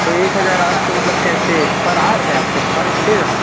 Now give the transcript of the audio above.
تو ایک ہزار آٹھ سو مطلب کیسے پر آر ہے آپ کا ہر گھنٹے کا